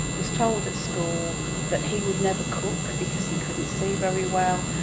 was told at school that he would never cook because he couldn't see very well.